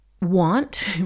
want